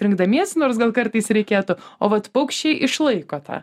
rinkdamiesi nors gal kartais reikėtų o vat paukščiai išlaiko tą